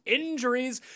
injuries